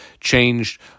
changed